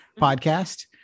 Podcast